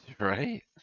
Right